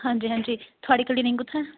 हां जी हां जी थोआढ़ी क्लिनिक कुत्थैं